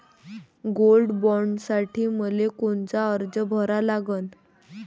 Gold बॉण्डसाठी मले कोनचा अर्ज भरा लागन?